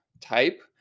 type